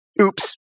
Oops